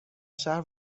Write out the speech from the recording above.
شهر